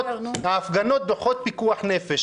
ההפגנות דוחות פיקוח נפש.